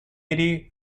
lady